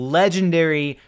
legendary